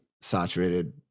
saturated